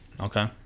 Okay